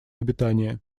обитания